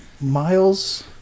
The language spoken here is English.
miles